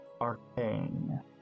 arcane